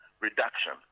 reduction